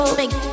make